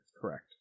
Correct